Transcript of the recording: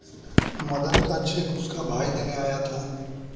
मदन का चेक उसका भाई देने आया था